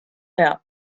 out